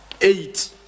eight